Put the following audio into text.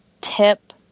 tip